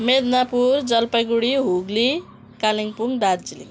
Midnapore Jalpaiguri Hooghly Kalimpong Darjeeling